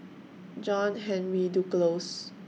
John Henry Duclos